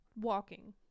walking